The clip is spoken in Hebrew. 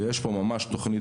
ויש לכם פה ממש תוכנית,